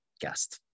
guest